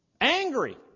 Angry